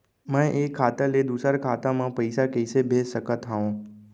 मैं एक खाता ले दूसर खाता मा पइसा कइसे भेज सकत हओं?